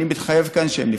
אני מתחייב כאן שהן נפתרו.